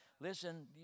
Listen